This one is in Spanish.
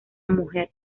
mujer